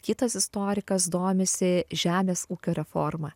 kitas istorikas domisi žemės ūkio reforma